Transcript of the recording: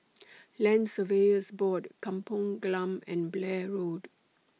Land Surveyors Board Kampong Glam and Blair Road